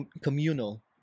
communal